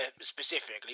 specifically